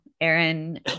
Aaron